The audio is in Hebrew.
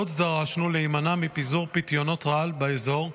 עוד דרשנו להימנע מפיזור פיתיונות רעל באזור,